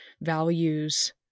values